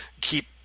keep